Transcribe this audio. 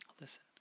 Listen